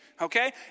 Okay